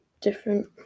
different